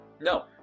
No